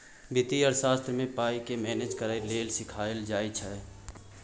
बित्तीय अर्थशास्त्र मे पाइ केँ मेनेज करय लेल सीखाएल जाइ छै